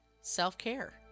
self-care